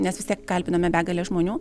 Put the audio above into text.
nes vis tiek kalbinome begalę žmonių